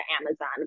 Amazon